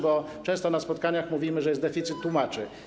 Bo często na spotkaniach mówimy, że jest deficyt tłumaczy.